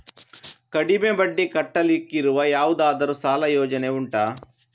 ಕಡಿಮೆ ಬಡ್ಡಿ ಕಟ್ಟಲಿಕ್ಕಿರುವ ಯಾವುದಾದರೂ ಸಾಲ ಯೋಜನೆ ಉಂಟಾ